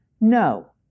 no